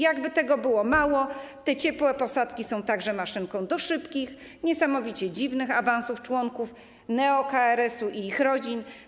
Jakby tego było mało, te ciepłe posadki są także maszynką do szybkich, niesamowicie dziwnych awansów członków neo-KRS-u i ich rodzin.